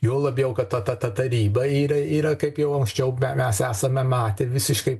juo labiau kad ta ta ta taryba yra yra kaip jau anksčiau mes esame matę visiškai